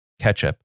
ketchup